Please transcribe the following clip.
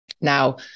Now